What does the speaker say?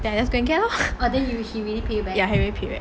then I just go and get lor ya he really pay back